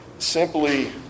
simply